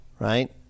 right